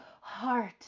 heart